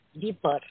deeper